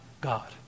God